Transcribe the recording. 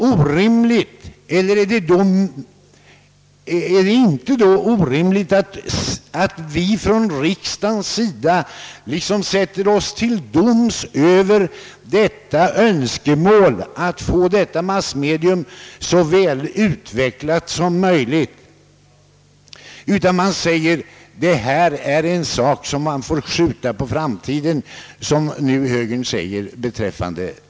är det inte då orimligt att vi från riksdagens sida skulle liksom sätta oss till doms över önskemålet att få detta massmedium så väl utvecklat som möjligt och säga som man nu gör från högerns sida beträffande TV 2 att det är en sak som vi kan skjuta på framtiden?